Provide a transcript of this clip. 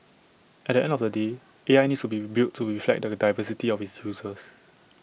at the end of the day A I needs to be built to reflect the diversity of its users